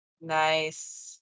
Nice